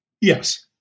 Yes